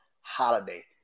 Holiday